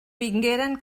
vingueren